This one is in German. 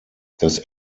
das